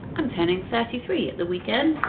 i'm turning thirty three at the weekend,